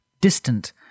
distant